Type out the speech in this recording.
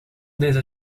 deze